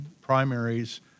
primaries